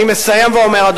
אני מסיים ואומר,